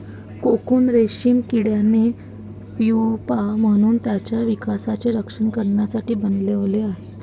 cocoon रेशीम किड्याने pupa म्हणून त्याच्या विकासाचे रक्षण करण्यासाठी बनवले आहे